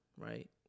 right